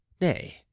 nay